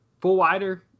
Fullwider